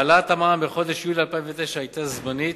העלאת המע"מ בחודש יולי 2009 היתה זמנית,